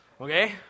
okay